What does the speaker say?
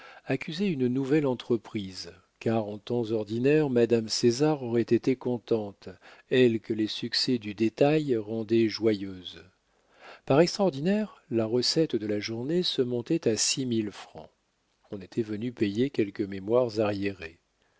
accusait une nouvelle entreprise car en temps ordinaire madame césar aurait été contente elle que les succès du détail rendaient joyeuse par extraordinaire la recette de la journée se montait à six mille francs on était venu payer quelques mémoires arriérés